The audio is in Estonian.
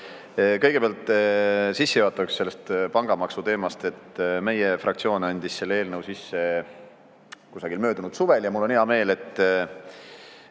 Kõigepealt sissejuhatuseks sellest pangamaksu teemast. Meie fraktsioon andis selle eelnõu sisse kusagil möödunud suvel ja mul on hea meel, et